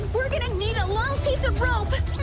we're gonna need a long piece of row but